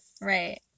right